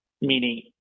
Meaning